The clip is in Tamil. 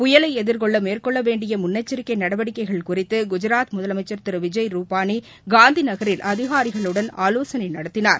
புயலை எதிர்கொள்ள மேற்கொள்ள வேண்டிய முன்னெச்சரிக்கை நடவடிக்கைகள் குறித்து குஜராத் முதலமைச்சர் திரு விஜய் ருபானி காந்தி நகரில் அதிகாரிகளுடன் ஆலோசனை நடத்தினார்